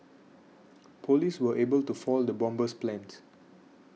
police were able to foil the bomber's plans